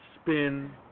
spin